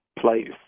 place